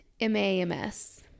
M-A-M-S